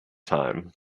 time